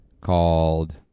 called